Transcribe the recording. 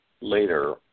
later